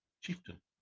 Chieftain